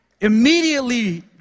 Immediately